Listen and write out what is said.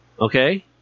okay